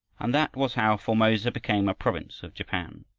and that was how formosa became a province of japan.